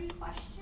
question